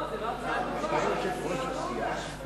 הצעת סיעת קדימה להביע אי-אמון בממשלה לא נתקבלה.